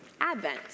Advent